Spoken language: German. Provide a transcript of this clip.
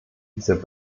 dieser